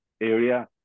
area